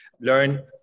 learn